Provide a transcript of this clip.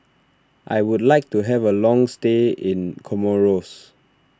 I would like to have a long stay in Comoros